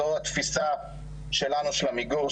זו התפיסה שלנו של עמיגור,